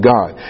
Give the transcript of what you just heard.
God